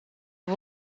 woe